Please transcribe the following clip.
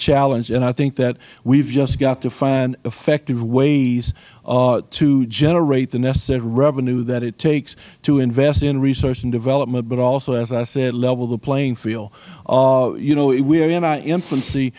challenged and i think that we have just got to find effective ways to generate the necessary revenue that it takes to invest in research and development but also as i said level the playing field you know we are in our infancy